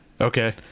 okay